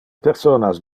personas